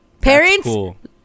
parents